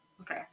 Okay